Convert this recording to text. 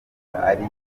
ari